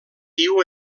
viu